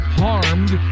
harmed